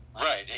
Right